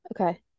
Okay